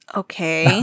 okay